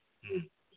ꯎꯝ